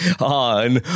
on